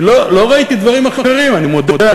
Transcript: כי לא ראיתי דברים אחרים, אני מודה.